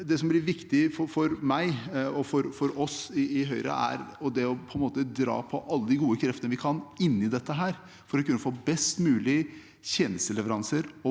Det som blir viktig for meg og for oss i Høyre, er å trekke på alle de gode kreftene vi kan få inn i dette, for å kunne få best mulige tjenesteleveranser